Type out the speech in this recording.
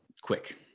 Quick